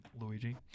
luigi